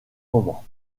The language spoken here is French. moment